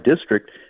district